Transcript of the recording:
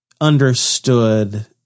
understood